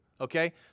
Okay